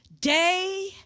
day